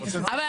העם החליט.